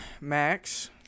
Max